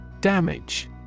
Damage